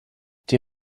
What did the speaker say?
die